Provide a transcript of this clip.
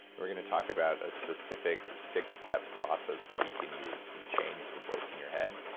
we're going to talk about a specific six-step process that you can use to change the voice in your head.